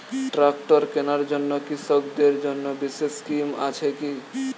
Tractor কেনার জন্য কৃষকদের জন্য বিশেষ স্কিম আছে কি?